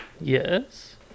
Yes